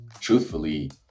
truthfully